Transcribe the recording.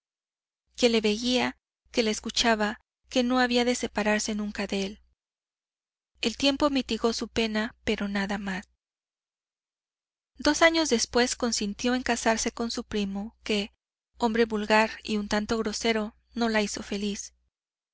que le veía que le escuchaba que no había de separarse nunca de él el tiempo mitigó su pena pero nada más dos años después consintió en casarse con su primo que hombre vulgar y un tanto grosero no la hizo feliz